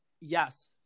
Yes